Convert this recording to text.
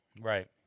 Right